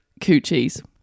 coochies